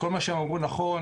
כל מה שהם אמרו נכון,